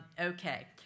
Okay